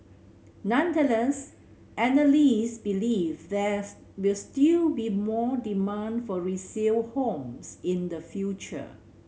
nonetheless analysts believe there's will still be more demand for resale homes in the future